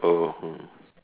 oh hmm